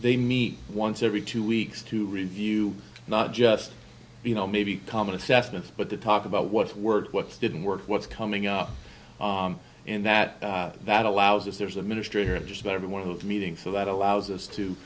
they meet once every two weeks to review not just you know maybe common assessment but to talk about what worked what didn't work what's coming up in that that allows us there's a ministry here of just about everyone who meeting so that allows us to